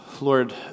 Lord